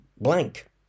blank